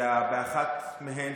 אלא באחת מהן,